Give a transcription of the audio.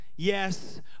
Yes